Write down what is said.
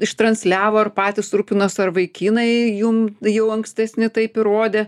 ištransliavo ar patys rūpinos ar vaikinai jum jau ankstesni taip įrodė